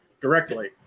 directly